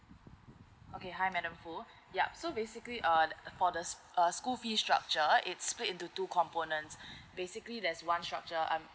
okay hi madam foo yup so basically uh for the s~ uh school fees structure it's split into two components basically there's one structure and